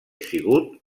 sigut